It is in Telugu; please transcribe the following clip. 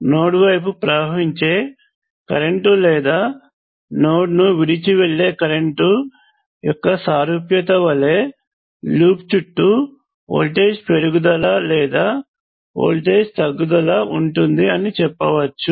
నోడ్ వైపు ప్రవేశించే కరెంటు లేదా నోడ్ ను విడిచి వెళ్లే కరెంటు యొక్క సారూప్యత వలె లూప్ చుట్టూ వోల్టేజ్ పెరుగుదల లేదా వోల్టేజ్ తగ్గుదల ఉంటుంది అని చెప్పవచ్చు